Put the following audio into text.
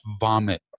vomit